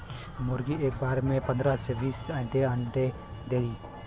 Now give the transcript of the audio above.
मुरगी एक बार में पन्दरह से बीस ठे अंडा देली